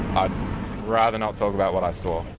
i'd rather not talk about what i saw.